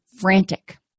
frantic